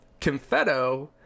confetto